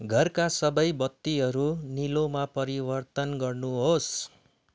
घरका सबै बत्तीहरू निलोमा परिवर्तन गर्नुहोस्